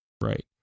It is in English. Right